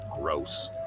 gross